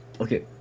Okay